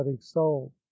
soul